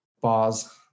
bars